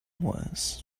was